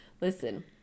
Listen